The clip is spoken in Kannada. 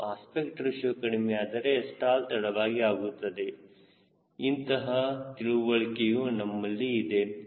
ಮತ್ತು ಅಸ್ಪೆಕ್ಟ್ ರೇಶಿಯೋ ಕಡಿಮೆಯಾದರೆ ಸ್ಟಾಲ್ ತಡವಾಗಿ ಆಗುತ್ತದೆ ಇಂತಹ ತಿಳುವಳಿಕೆಯು ನಮ್ಮಲ್ಲಿ ಇದೆ